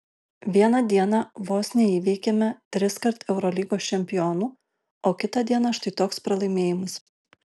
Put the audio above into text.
vieną dieną vos neįveikėme triskart eurolygos čempionų o kitą dieną štai toks pralaimėjimas